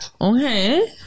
Okay